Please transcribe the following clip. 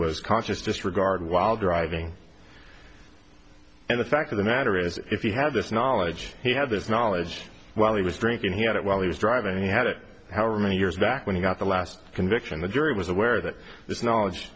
was conscious disregard while driving and the fact of the matter is if you have this knowledge he had this knowledge while he was drinking he had it while he was driving he had it however many years back when he got the last conviction the jury was aware that this knowledge